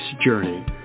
journey